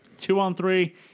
two-on-three